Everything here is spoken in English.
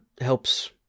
helps